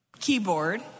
keyboard